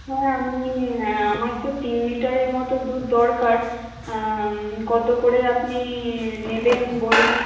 হ্যাঁ আমি হ্যাঁ আমার তো তিন লিটারের মতো দুধ দরকার কত করে আপনি নেবেন বলুন